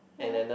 ya